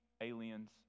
aliens